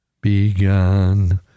Begun